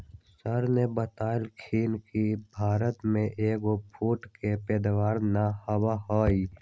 sir ने बतल खिन कि भारत में एग फ्रूट के पैदावार ना होबा हई